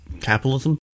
capitalism